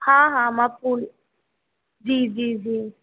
हा हा मां पोइ जी जी जी